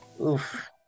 Oof